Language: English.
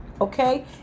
okay